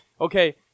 okay